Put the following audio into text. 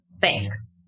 thanks